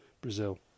Brazil